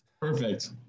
Perfect